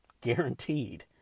Guaranteed